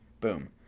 Boom